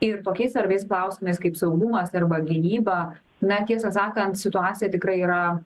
ir tokiais svarbiais klausimais kaip saugumas arba gynyba na tiesą sakant situacija tikrai yra